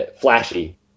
flashy